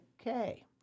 Okay